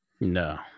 No